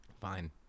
Fine